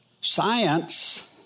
science